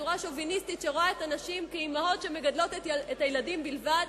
בצורה שוביניסטית שרואה את הנשים כאמהות שמגדלות את הילדים בלבד,